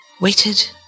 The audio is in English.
waited